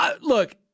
Look